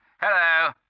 Hello